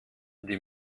die